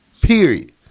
Period